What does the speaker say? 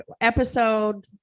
episode